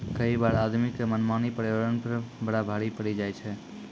कई बार आदमी के मनमानी पर्यावरण पर बड़ा भारी पड़ी जाय छै